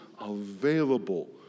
available